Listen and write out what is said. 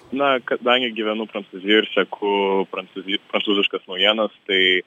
na kadangi gyvenu prancūzijoj ir seku prancūzi prancūziškas naujienas tai